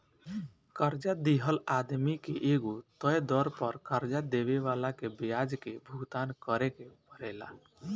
कर्जा लिहल आदमी के एगो तय दर पर कर्जा देवे वाला के ब्याज के भुगतान करेके परेला